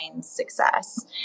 success